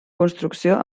construcció